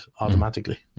automatically